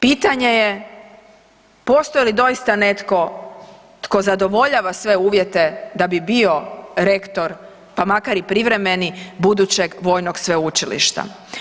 Pitanje je postoji li doista netko tko zadovoljava sve uvjete da bi bio rektor pa makar i privremeni budućeg vojnog sveučilišta?